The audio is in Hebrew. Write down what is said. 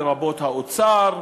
לרבות האוצר,